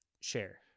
share